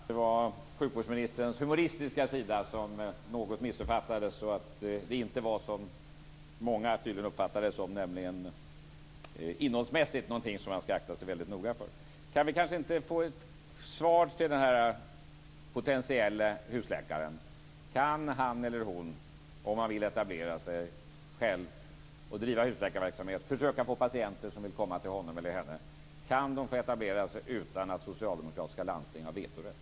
Fru talman! Låt oss hoppas att det var sjukvårdsministerns humoristiska sida som något missuppfattades och att det inte var så som många tydligen uppfattade det, nämligen innehållsmässigt någonting som man skall akta sig noga för. Kan vi inte få ett svar till den potentielle husläkaren? Kan han eller hon som vill driva husläkarverksamhet och försöka få patienter att komma till honom eller henne, etablera sig utan att socialdemokratiska landsting har vetorätt?